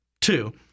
Two